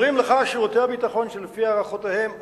אומרים לך שירותי הביטחון שלפי הערכותיהם היום,